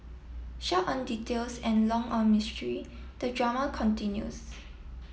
short on details and long on mystery the drama continues